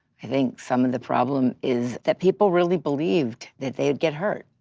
i think some of the problem is that people really believed that they'd get hurt,